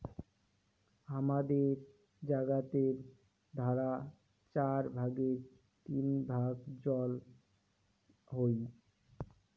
হামাদের জাগাতের ধারা চার ভাগের তিন ভাগ জল হই